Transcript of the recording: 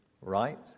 right